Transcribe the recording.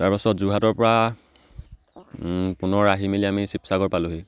তাৰপাছত যোৰহাটৰ পৰা পুনৰ আহি মেলি আমি শিৱসাগৰ পালোহি